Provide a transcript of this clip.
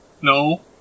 No